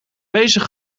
bezig